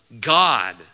God